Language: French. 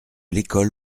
l’école